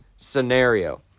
scenario